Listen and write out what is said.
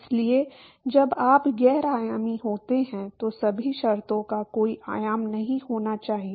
इसलिए जब आप गैर आयामी होते हैं तो सभी शर्तों का कोई आयाम नहीं होना चाहिए